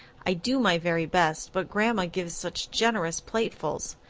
i do my very best, but grandma gives such generous platefuls.